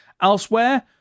elsewhere